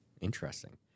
Interesting